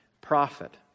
prophet